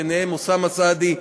ובהם אוסאמה סעדי,